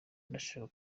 ndashaka